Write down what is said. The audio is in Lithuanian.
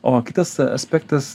o kitas aspektas